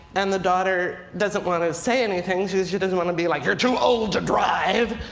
and the daughter doesn't want to say anything. she she doesn't want to be like, you're too old to drive.